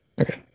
okay